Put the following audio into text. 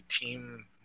team